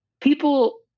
people